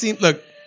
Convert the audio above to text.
Look